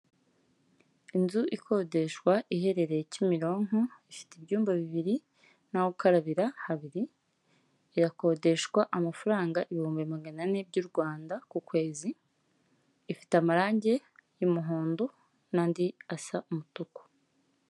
Inzu ikodeshwa iherereye Kimironko ifite ibyumba bibiri naho gukarabira habiri, irakodeshwa amafaranga ibihumbi magana ane by'u Rwanda ku kwezi ifite amarangi y'umuhondo n'andi asa umutuku.